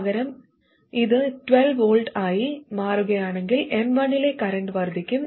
പകരം ഇത് 12 V ആയി മാറുകയാണെങ്കിൽ M1 ലെ കറന്റ് വർദ്ധിക്കും